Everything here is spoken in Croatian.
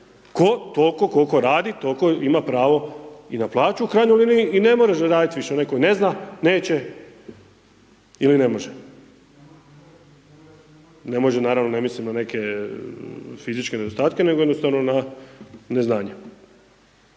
ko tolko kolko radi tolko ima pravo i na plaću u krajnjoj liniji i ne može raditi više onaj koji ne zna, neće ili ne može. Ne može naravno ne mislim na neke fizičke nedostatke nego jednostavno na neznanje.